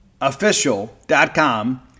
official.com